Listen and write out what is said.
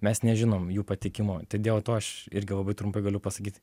mes nežinom jų patikimo tai dėl to aš irgi labai trumpai galiu pasakyt